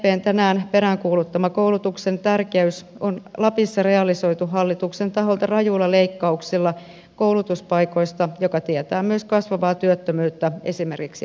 sdpn tänään peräänkuuluttama koulutuksen tärkeys on lapissa realisoitu hallituksen taholta rajuilla leikkauksilla koulutuspaikoista mikä tietää myös kasvavaa työttömyyttä esimerkiksi opettajille